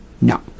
No